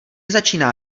začíná